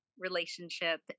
relationship